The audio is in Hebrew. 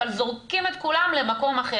אבל זורקים את כולם למקום אחר.